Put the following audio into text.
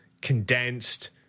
condensed